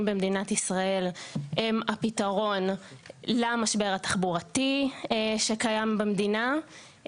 במדינת ישראל הם הפתרון למשבר התחבורתי שקיים במדינה,